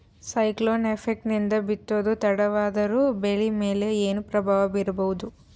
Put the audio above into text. Cyclone effect ನಿಂದ ಬಿತ್ತೋದು ತಡವಾದರೂ ಬೆಳಿ ಮೇಲೆ ಏನು ಪ್ರಭಾವ ಬೀರಬಹುದು?